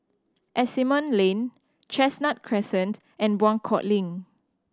Asimont Lane Chestnut Crescent and Buangkok Link